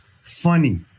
funny